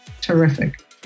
Terrific